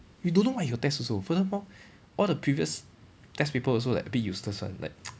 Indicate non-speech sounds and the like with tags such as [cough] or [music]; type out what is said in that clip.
you don't know what he will test also furthermore all the previous test paper also like a bit useless one like [noise]